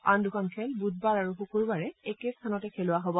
আন দুখন খেল বুধবাৰ আৰু শুকুৰবাৰে একে স্থানতে খেলোৱা হব